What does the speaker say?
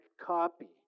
copy